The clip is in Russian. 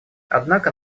однако